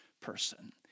person